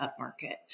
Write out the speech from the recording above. upmarket